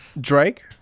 Drake